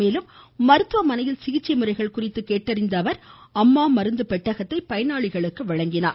மேலும் மருத்துவமனையில் சிகிச்சை முறைகள் குறித்து கேட்டறிந்த அவர் அம்மா மருந்து பெட்டகத்தையும் பயனாளிகளுக்கு வழங்கினார்